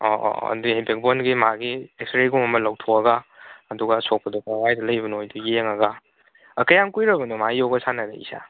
ꯑꯣ ꯑꯣ ꯑꯣ ꯑꯗꯨꯗꯤ ꯕꯦꯛ ꯕꯣꯟꯒꯤ ꯃꯥꯒꯤ ꯑꯦꯛꯁꯔꯦꯒꯨꯝꯕ ꯑꯃ ꯂꯧꯊꯣꯛꯑꯒ ꯑꯗꯨꯒ ꯑꯁꯣꯛꯄꯗꯨ ꯀꯥꯏꯋꯥꯏꯗ ꯂꯩꯕꯅꯣ ꯍꯥꯏꯗꯨ ꯌꯦꯡꯉꯒ ꯀꯌꯥꯝ ꯀꯨꯏꯔꯕꯅꯣ ꯃꯥ ꯌꯣꯒꯥ ꯁꯥꯟꯅꯔꯛꯏꯁꯦ